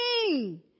king